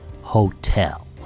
hotel